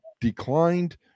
declined